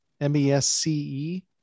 M-E-S-C-E